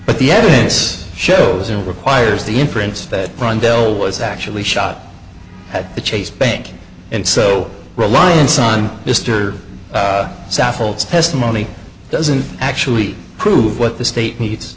but the evidence shows it requires the inference that rondo was actually shot at the chase bank and so reliance on mr saffold testimony doesn't actually prove what the state needs